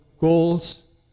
goals